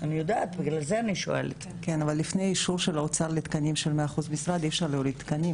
לפני האישור של האוצר לתקנים של 100% משרה אי אפשר להוריד תקנים,